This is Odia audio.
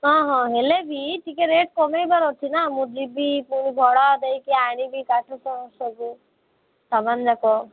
ହଁ ହଁ ହେଲେ ବି ଟିକେ ରେଟ୍ କମାଇବାର ଅଛି ନା ମୁଁ ଯିବି ପୁଣି ଭଡ଼ା ଦେଇକି ଆଣିବି ତାକୁ ତ ସବୁ ସାମାନ ଯାକ